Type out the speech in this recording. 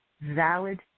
valid